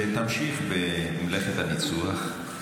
תמשיך במלאכת הניצוח.